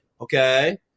Okay